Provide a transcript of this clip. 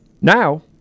now